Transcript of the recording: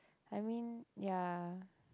I mean ya